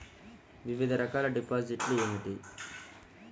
వివిధ రకాల డిపాజిట్లు ఏమిటీ?